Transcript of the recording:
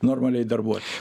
normaliai darbuotis